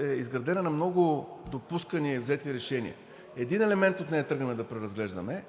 е изградена на много допускани и взети решения, един елемент от нея тръгнем да преразглеждаме,